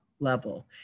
Level